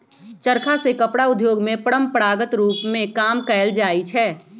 चरखा से कपड़ा उद्योग में परंपरागत रूप में काम कएल जाइ छै